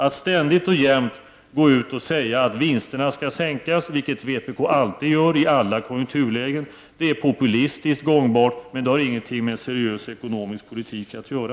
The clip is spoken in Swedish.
Att ständigt och jämt gå ut och säga att vinsterna skall sänkas, vilket vpk alltid gör i alla konjunkturlägen, är populistiskt gångbart, men det har ingenting med seriös ekonomisk politik att göra.